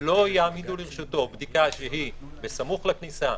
לא יעמידו לרשותו בדיקה שהיא בסמוך לכניסה,